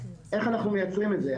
אז, איך אנחנו מייצרים את זה?